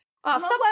Stop